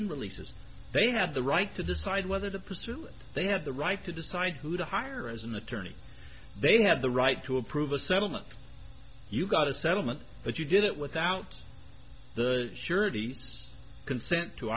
lien releases they had the right to decide whether to pursue they had the right to decide who to hire as an attorney they have the right to approve a settlement you got a settlement but you did it without surety consent to